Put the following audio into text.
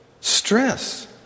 stress